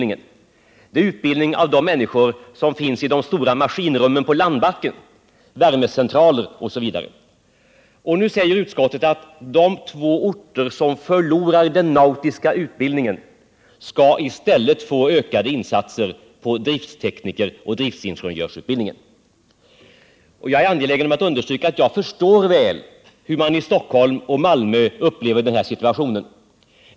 Det är utbildning av de människor som finns i de stora maskinrummen på landbacken, värmecentraler osv. Utskottet säger nu att de två orter som förlorar den nautiska utbildningen i stället skall få ökade insatser för utbildningen av drifttekniker och driftingenjörer. Jag är angelägen om att understryka att jag väl förstår hur man upplever den här situationen i Stockholm och Malmö.